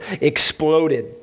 exploded